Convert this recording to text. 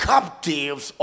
Captives